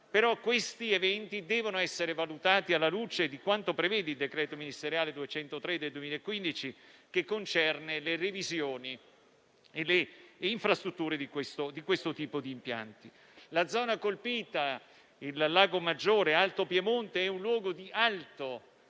Però questi eventi devono essere valutati alla luce di quanto prevede il decreto ministeriale n. 203 del 2015, che concerne le revisioni e le infrastrutture di questo tipo di impianti. La zona colpita, il Lago Maggiore nell'Alto Piemonte, è un luogo di